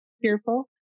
fearful